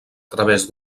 través